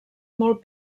molt